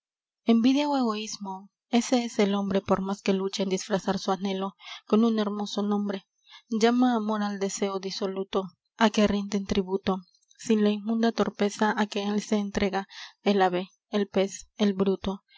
envidia ó egoismo ese es el hombre por más que luche en disfrazar su anhelo con un hermoso nombre llama amor al deseo disoluto á que rinden tributo sin la inmunda torpeza á que él se entrega el ave el pez el bruto